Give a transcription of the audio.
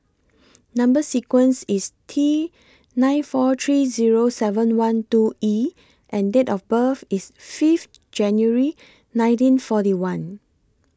Number sequence IS T nine four three Zero seven one two E and Date of birth IS five January nineteen forty one